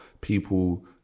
people